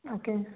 okay